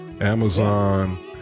Amazon